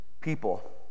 people